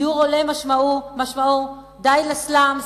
דיור הולם משמעו די לסלאמס,